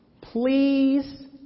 please